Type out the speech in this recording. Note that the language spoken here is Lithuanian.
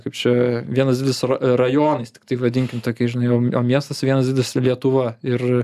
kaip čia vienas didelis ra rajonais tiktai vadinkim tokie žinai o miestas vienas didelis lietuva ir